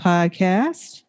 Podcast